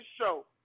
show